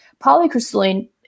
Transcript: polycrystalline